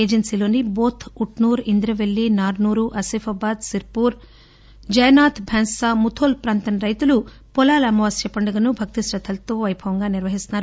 ఏజెన్సిలోని బొత్ ఉట్సూర్ ఇంద్రవెల్లి నార్సూర్ ఆసిఫాబాద్ సిర్పూర్ బేల జైనాద్ బైంసా ముధోల్ ప్రాంత రైతులు పొలాల అమావాస్య పండుగను భక్తి శ్రద్దలతో వైభవంగా నిర్వహిస్తున్నారు